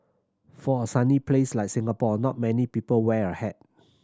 for a sunny place like Singapore not many people wear a hat